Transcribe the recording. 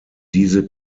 diese